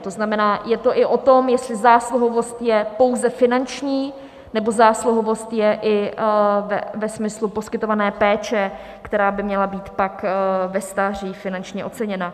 To znamená, je to i o tom, jestli zásluhovost je pouze finanční, nebo zásluhovost je i ve smyslu poskytované péče, která by měla být pak ve stáří finančně oceněna.